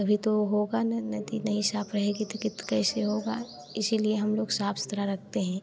तभी तो होगा ना नदी नहीं साफ़ रहेगी तो कित कैसे होगा इसीलिए हम लोग साफ़ सुथरा रखते हैं